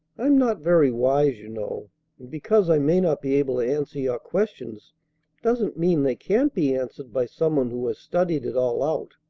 i'm not very wise, you know, and because i may not be able to answer your questions doesn't mean they can't be answered by some one who has studied it all out.